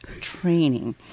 training